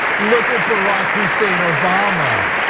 look at barack hussein obama.